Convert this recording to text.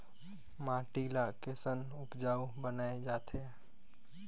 माटी ला कैसन उपजाऊ बनाय जाथे?